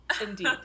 Indeed